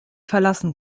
verlassen